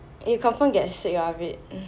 you confirm get sick of it